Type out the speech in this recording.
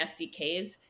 SDKs